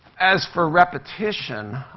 as for repetition,